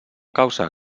causa